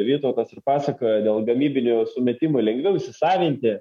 vytautas ir pasakoja dėl gamybinio sumetimų lengviau įsisavinti